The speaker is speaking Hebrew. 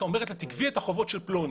את מבקשת ממנה לגבות את החובות של פלוני,